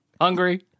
hungry